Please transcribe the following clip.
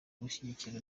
gushyigikira